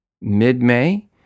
Mid-May